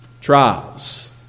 Trials